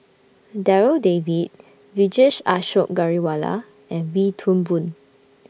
Darryl David Vijesh Ashok Ghariwala and Wee Toon Boon